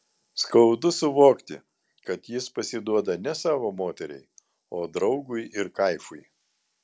skaudu suvokti kad jis pasiduoda ne savo moteriai o draugui ir kaifui